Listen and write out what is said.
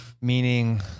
Meaning